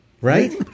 Right